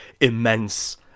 immense